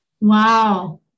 Wow